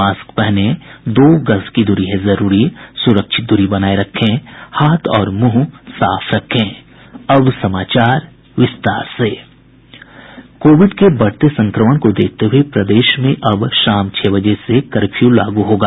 mask पहनें दो गज दूरी है जरूरी सुरक्षित दूरी बनाये रखें हाथ और मुंह साफ रखें कोविड के बढ़ते संक्रमण को देखते हुये प्रदेश में अब शाम छह बजे से कर्फ्यू लागू होगा